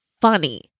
funny